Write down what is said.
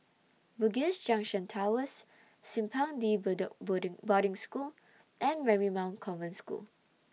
Bugis Junction Towers Simpang De Bedok Boarding Boarding School and Marymount Convent School